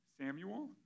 Samuel